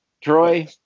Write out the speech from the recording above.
Troy